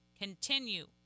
Continue